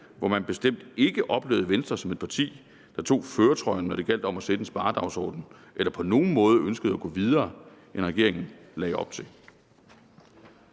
hvor man bestemt ikke oplevede Venstre som et parti, der tog førertrøjen, når det gjaldt om at sætte en sparedagsorden eller på nogen måde ønskede at gå videre, end regeringen lagde op til.